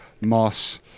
moss